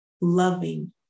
loving